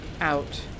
out